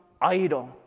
idol